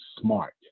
smart